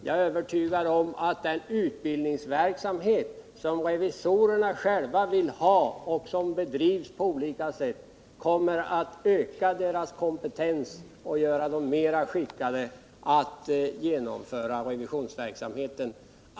Jag är också övertygad om att den utbildningsverksam het som revisorerna själva vill ha och som bedrivs på olika sätt kommer att öka deras kompetens och göra dem mera skickade att genomföra revisionsverksamheten.